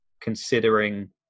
considering